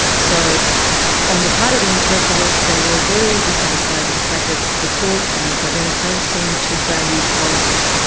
so on the part of the interpreters they were very dissatisfied with the fact that the courts and the tribunals don't seem to value quality.